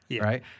right